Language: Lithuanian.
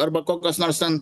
arba kokios nors ten